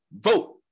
vote